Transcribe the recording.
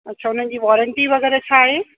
अच्छा उन्हनि जी वॉरेंटी वग़ैरह छा आहे